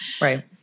right